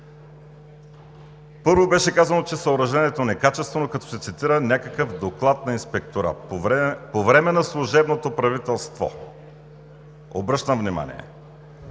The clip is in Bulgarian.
Първо, беше казано, че съоръжението е некачествено, като се цитира някакъв доклад на Инспекторат по време на служебното правителство – обръщам внимание,